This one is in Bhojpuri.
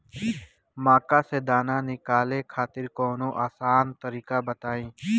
मक्का से दाना निकाले खातिर कवनो आसान तकनीक बताईं?